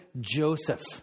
Joseph